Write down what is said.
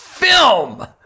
film